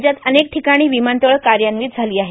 राज्यात अनेक ठिकाणी विमानतळ कार्यान्वित झाली आहेत